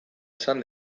esan